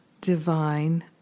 divine